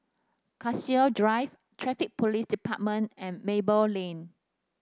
Cassia Drive Traffic Police Department and Maple Lane